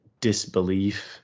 disbelief